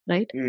Right